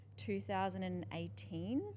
2018